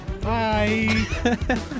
bye